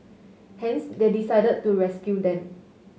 hence they decide to rescue them